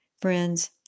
Friends